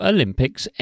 Olympics